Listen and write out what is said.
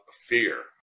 fear